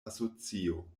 asocio